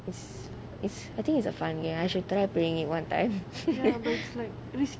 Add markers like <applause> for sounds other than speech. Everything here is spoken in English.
it's it's I think it's a fun game I should try playing it one time <laughs>